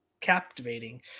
captivating